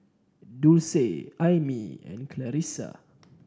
Dulce Aimee and Clarisa